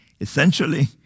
Essentially